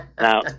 Now